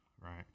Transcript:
right